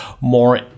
more